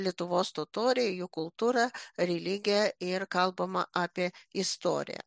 lietuvos totoriai jų kultūra religija ir kalbama apie istoriją